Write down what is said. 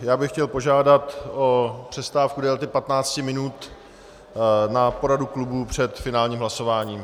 Já bych chtěl požádat o přestávku v délce 15 minut na poradu klubů před finálním hlasováním.